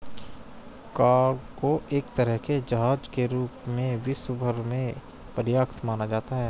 cargo एक तरह के जहाज के रूप में विश्व भर में प्रख्यात माना जाता है